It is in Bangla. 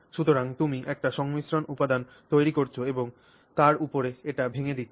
সুতরাং তুমি একটি সংমিশ্রণ উপাদান তৈরি করছ এবং তার উপরে এটি ভেঙে দিচ্ছ